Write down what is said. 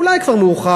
אולי כבר מאוחר,